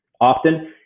often